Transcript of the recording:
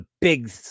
big